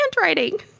handwriting